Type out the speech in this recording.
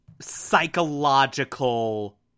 psychological